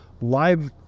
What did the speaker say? live